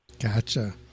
Gotcha